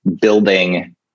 building